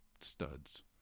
studs